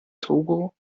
togo